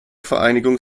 vereinigung